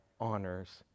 honors